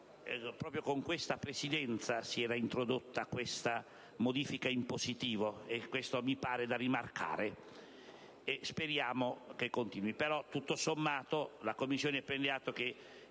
proprio con questa Presidenza si era introdotta una modifica in positivo, e ciò mi pare da rimarcare; e speriamo che continui.